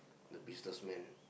the businessman